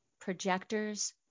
projectors